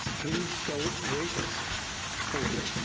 please don't rape us thank you.